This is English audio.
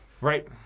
Right